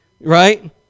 right